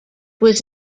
was